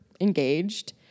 engaged